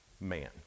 man